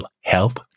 health